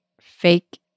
fake